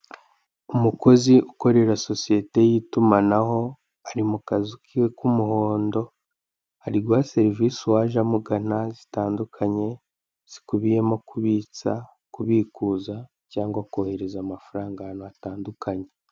Umukozi ukorera sosiyete y'itumanaho ari mu kazu kiwe k'umuhondo, ari guha serivise uwaje amugana zitandukanye, zikubiyemo, kubikuza, kubitsa cyangwa kohereza amafaranga ahantu hatandukanye.